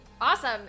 Awesome